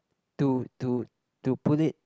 to to to put it